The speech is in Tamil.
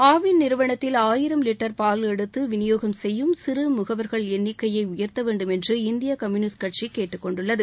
ஆவின் நிறுவனத்தில் ஆயிரம் லிட்டர் பால் எடுத்து விநியோகம் செய்யும் சிறு முகவர்கள் எண்ணிக்கையை உயர்த்த வேண்டும் என்று இந்திய கம்யூனிஸ்ட் கட்சி கேட்டுக்கொண்டுள்ளது